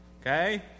Okay